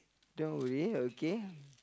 don't worry okay